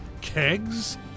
kegs